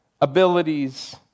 abilities